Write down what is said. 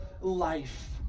life